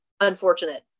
unfortunate